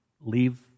leave